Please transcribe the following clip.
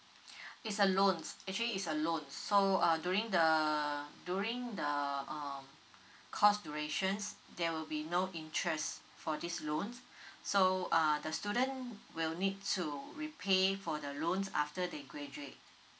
it's a loan actually it's a loan so uh during the during the um course durations there will be no interest for this loan so uh the student will need to repay for the loan after they graduate